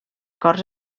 corts